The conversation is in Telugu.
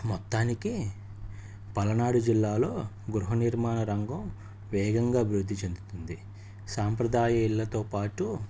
మొత్తానికి పలనాడు జిల్లాలో గృహ నిర్మాణ రంగం వేగంగా అభివృద్ధి చెందుతుంది సాంప్రదాయ ఇళ్లతో పాటు